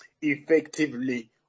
effectively